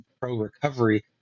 pro-recovery